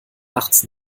nachts